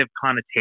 connotation